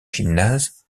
gymnase